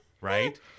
right